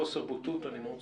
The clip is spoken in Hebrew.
אני שמח.